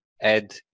add